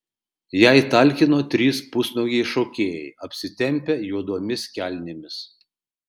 jai talkino trys pusnuogiai šokėjai apsitempę juodomis kelnėmis